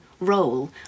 role